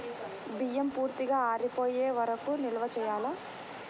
బియ్యం పూర్తిగా ఆరిపోయే వరకు నిల్వ చేయాలా?